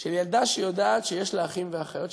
של ילדה שיודעת שיש לה אחים ואחיות,